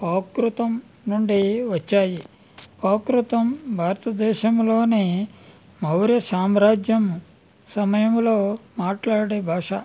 ప్రాకృతం నుంచి వచ్చాయి ప్రాకృతం భారతదేశంలోనే ఔర సామ్రాజ్యం సమయములో మాట్లాడే భాష